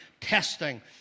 testing